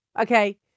Okay